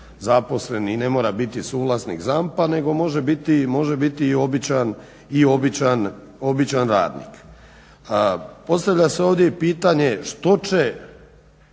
zaposlen i ne mora biti suvlasnik ZAMP-a nego može biti i običan radnik. Postavlja se ovdje i pitanje što će